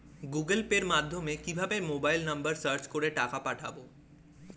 Google pay মাধ্যমে কিভাবে mobile number search করে টাকা পাঠাবো?